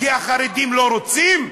כי החרדים לא רוצים.